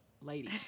lady